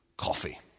coffee